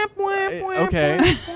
Okay